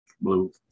blue